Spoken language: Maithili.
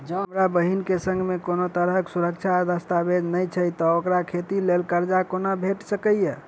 जँ हमरा बहीन केँ सङ्ग मेँ कोनो तरहक सुरक्षा आ दस्तावेज नै छै तऽ ओकरा खेती लेल करजा कोना भेटि सकैये?